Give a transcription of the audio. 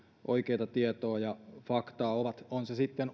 oikeaa tietoa ja faktaa on se sitten